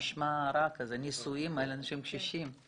זה נשמע רע כזה, ניסויים על אנשים קשישים?